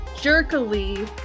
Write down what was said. jerkily